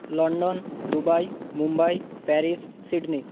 London Dubai Mumbai Paris Sydney